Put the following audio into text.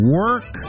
work